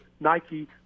Nike